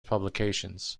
publications